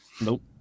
Nope